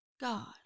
God